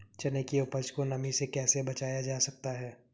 चने की उपज को नमी से कैसे बचाया जा सकता है?